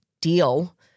deal